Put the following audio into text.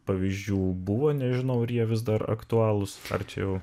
pavyzdžių buvo nežinau ar jie vis dar aktualūs ar čia jau